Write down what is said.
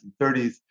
1930s